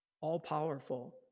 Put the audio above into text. All-powerful